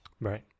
Right